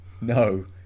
No